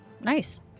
Nice